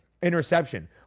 interception